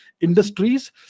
industries